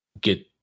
get